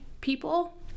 people